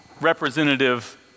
representative